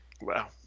Wow